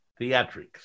theatrics